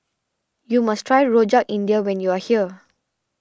you must try Rojak India when you are here